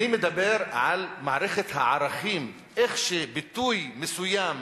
אני מדבר על מערכת הערכים: איך ביטוי מסוים